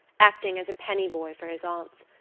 acting as a pennyboy for his aunts,